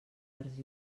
parts